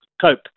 cope